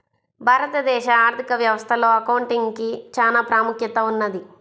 భారతదేశ ఆర్ధిక వ్యవస్థలో అకౌంటింగ్ కి చానా ప్రాముఖ్యత ఉన్నది